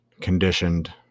conditioned